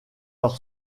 leur